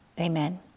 amen